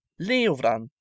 leovran